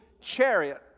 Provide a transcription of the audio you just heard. chariot